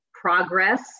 progress